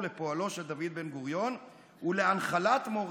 אמר לאחרונה איזה משפט וכל חברי רע"מ יצאו נגדו.